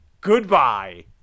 Goodbye